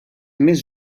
més